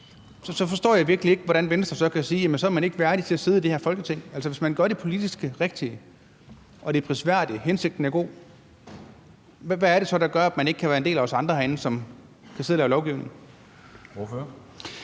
så forstår jeg virkelig ikke, hvordan Venstre så kan sige, at man ikke er værdig til at sidde i det her Folketing. Altså, hvis man gør det politisk rigtige og det er prisværdigt og hensigten er god, hvad er det så, der gør, at man ikke kan være en del af det herinde og sidde og lave lovgivning